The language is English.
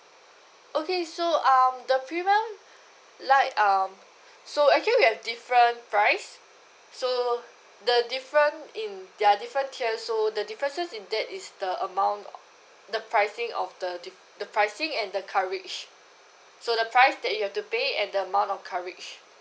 okay so um the premium like um so actually we have different price so the different in they're different tier so the differences in that is the amount the pricing of the the pricing and the coverage so the price that you have to pay and the amount of coverage